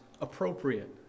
appropriate